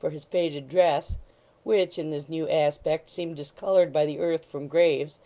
for his faded dress which, in this new aspect, seemed discoloured by the earth from graves